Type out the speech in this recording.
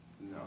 No